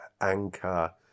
Anchor